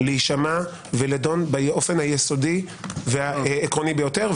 להישמע ולהידון באופן היסודי והעקרוני ביותר.